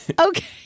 Okay